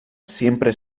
siempre